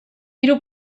hiru